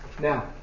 now